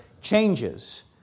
changes